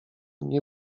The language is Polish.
nie